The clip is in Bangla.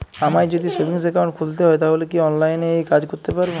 আমায় যদি সেভিংস অ্যাকাউন্ট খুলতে হয় তাহলে কি অনলাইনে এই কাজ করতে পারবো?